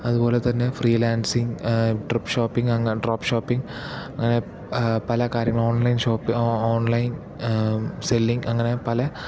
അതുപോലെ തന്നേ ഫ്രീലാൻസിങ് ആ ട്രിപ് ഷോപ്പിങ് അങ്ങ ഡ്രോപ് ഷോപ്പിങ് അങ്ങനെ പല കാര്യങ്ങളും ഓൺലൈൻ ഷോപ്പ് ആ ഓൺലൈൻ സെല്ലിങ് അങ്ങനെ പല